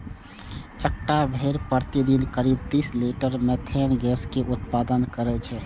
एकटा भेड़ प्रतिदिन करीब तीस लीटर मिथेन गैस के उत्पादन करै छै